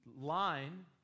Line